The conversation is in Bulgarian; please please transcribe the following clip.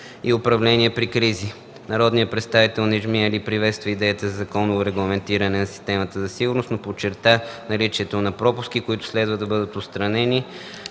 и „управление при кризи”. Народният представител Неджми Али приветства идеята за законово регламентиране на системата за сигурност, но подчерта наличието на пропуски, които следва да бъдат отстранени